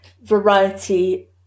variety